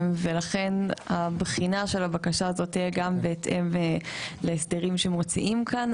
ולכן הבחינה של הבקשה הזאת תהיה גם בהתאם להסדרים שמוציאים כאן.